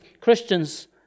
Christians